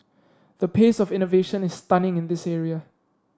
the pace of innovation is stunning in this area